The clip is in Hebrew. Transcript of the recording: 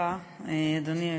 אדוני היושב-ראש,